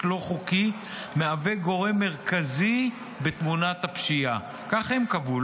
לא חוקי מהווה גורם מרכזי בתמונת הפשיעה" כך הם קבעו,